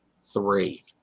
three